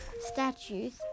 statues